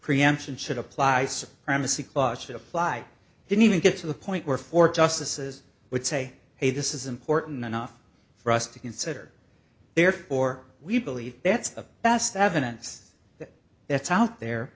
preemption should apply supremacy clause should apply didn't even get to the point where four justices would say hey this is important enough for us to consider therefore we believe that's the best evidence that that's out there